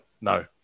No